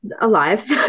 alive